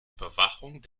überwachung